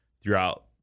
throughout